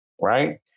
Right